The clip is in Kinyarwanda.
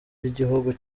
by’igihugu